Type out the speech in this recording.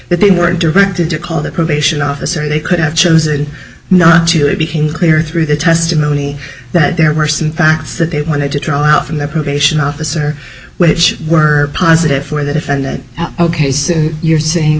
that they were directed to call the probation officer they could have chosen not to it became clear through the testimony that there were some facts that they wanted to draw out from the probation officer which were positive for the defendant ok so you're saying